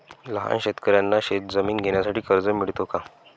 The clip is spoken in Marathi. लहान शेतकऱ्यांना शेतजमीन घेण्यासाठी कर्ज मिळतो का?